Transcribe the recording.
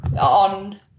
On